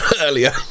earlier